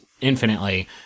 infinitely